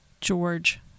George